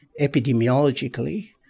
epidemiologically